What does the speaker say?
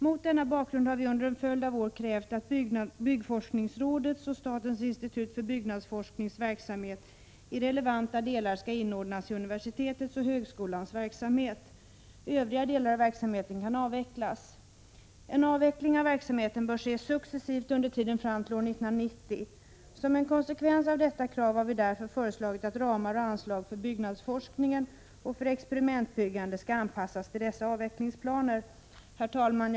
Mot denna bakgrund har vi under en följd av år krävt att verksamheten inom byggforskningsrådet och statens institut för byggnadsforskning i relevanta delar skall inordnas i universitetets och högskolans verksamhet. Övriga delar av verksamheten kan avvecklas. En avveckling av verksamheten bör ske successivt under tiden fram till år 1990. Som en konsekvens av detta krav har vi föreslagit att ramar och anslag för byggnadsforskningen och för experimentbyggandet skall anpassas till dessa avvecklingsplaner. Herr talman!